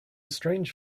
strange